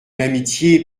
amitié